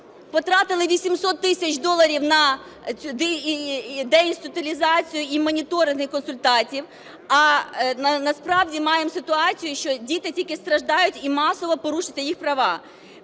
потратили 800 тисяч доларів на деінституціалізацію і моніторинги, і консультантів. А насправді маємо ситуацію, що діти тільки страждають і масово порушуються їх права.